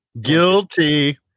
guilty